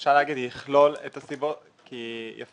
אפשר להגיד "יכלול את הסיבות" כי יפרט,